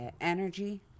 energy